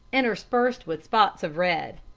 interspersed with spots of red.